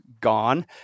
gone